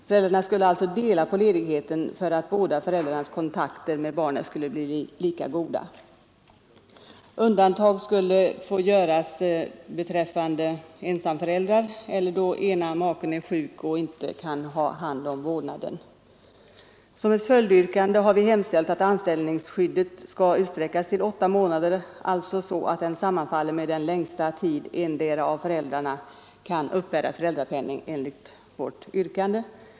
Föräldrarna skulle alltså dela på ledigheten för att båda föräldrarnas kontakter med barnet skulle bli lika goda. Undantag skulle få göras beträffande ensamma föräldrar eller då ena maken är sjuk och inte kan ha hand om vårdnaden. Som ett följdyrkande har vi hemställt att anställningsskyddet skall utsträckas till åtta månader, så att det sammanfaller med den längsta tid endera av föräldrarna kan uppbära föräldrapenning enligt vårt förslag.